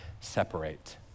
separate